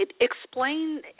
explain